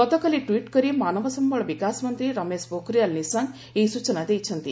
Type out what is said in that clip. ଗତକାଲି ଟ୍ୱିଟ୍ କରି ମାନବ ସମ୍ଭଳ ବିକାଶ ମନ୍ତ୍ରୀ ରମେଶ ପୋଖରିଆଲ୍ ନିଶଙ୍କ ଏହି ସୂଚନା ଦେଇଛନ୍ତି